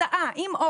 הסעה עם פעילות,